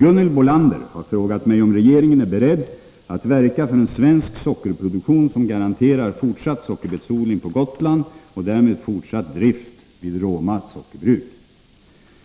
Gunhild Bolander har frågat mig om regeringen är beredd att verka för en svensk sockerproduktion som garanterar fortsatt sockerbetsodling på Gotland och därmed fortsatt drift vid Roma sockerbruk.